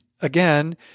again